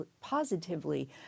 positively